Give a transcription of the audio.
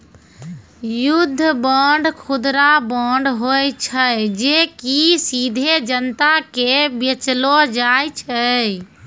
युद्ध बांड, खुदरा बांड होय छै जे कि सीधे जनता के बेचलो जाय छै